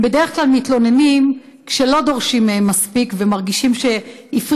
הם בדרך כלל מתלוננים כשלא דורשים מהם מספיק והם מרגישים שהפריעו